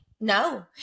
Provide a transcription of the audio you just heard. No